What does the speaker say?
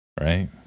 Right